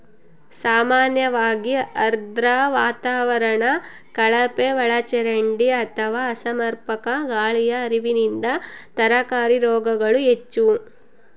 ಸಾಮಾನ್ಯವಾಗಿ ಆರ್ದ್ರ ವಾತಾವರಣ ಕಳಪೆಒಳಚರಂಡಿ ಅಥವಾ ಅಸಮರ್ಪಕ ಗಾಳಿಯ ಹರಿವಿನಿಂದ ತರಕಾರಿ ರೋಗಗಳು ಹೆಚ್ಚು